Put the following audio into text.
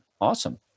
Awesome